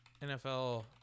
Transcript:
NFL